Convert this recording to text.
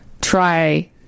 try